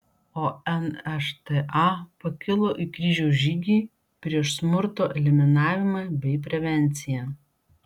o nšta pakilo į kryžiaus žygį prieš smurto eliminavimą bei prevenciją